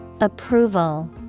Approval